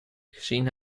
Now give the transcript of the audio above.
gezien